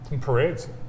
parades